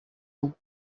ans